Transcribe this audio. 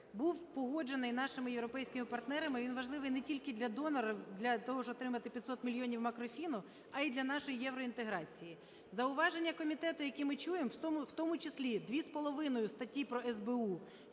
був погоджений нашими європейськими партнерами. Він важливий не тільки для донорів, для того, щоб отримати 500 мільйонів макрофіну, а і для нашої євроінтеграції. Зауваження комітету, що ми чуємо, в тому числі 2,5 статті про СБУ,